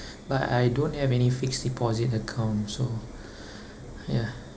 but I don't have any fixed deposit account so ya